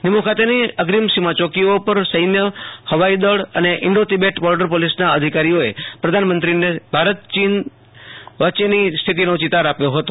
નિમુ ખાતેની અગ્રિમ સીમા ચોકીઓ પર સૈન્ય હવાઈ દળ અને ઈન્ઠો તિબેટ બોર્ડર પોલિસના અધિકારીઓએ પ્રધાનમંત્રીને ભારત ચીન સરહદે યાલી રહેલી તંગદિલીની સ્થિતિનો ચિતાર આપ્યો હતો